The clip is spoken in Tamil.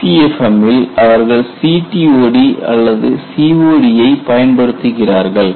EPFM இல் அவர்கள் CTOD அல்லது COD ஐப் பயன்படுத்துகிறார்கள்